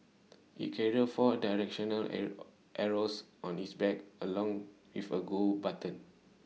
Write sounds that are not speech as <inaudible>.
IT carrier four directional <hesitation> arrows on its back along with A go button